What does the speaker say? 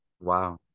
wow